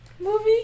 movie